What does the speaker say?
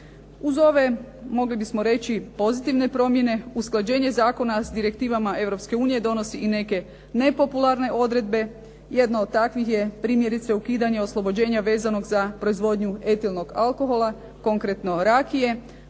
Uz ove mogli bismo reći pozitivne promjene usklađenje zakona s direktivama Europske unije donosi i neke nepopularne odredbe. Jedna od takvih je primjerice ukidanje oslobođenja vezanog za proizvodnju etilnog alkohola, konkretno rakije.